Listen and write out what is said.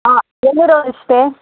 ఎన్ని రోజులు స్టే